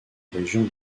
région